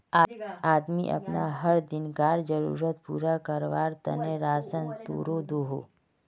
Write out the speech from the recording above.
आदमी अपना हर दिन्कार ज़रुरत पूरा कारवार तने राशान तोड़े दोहों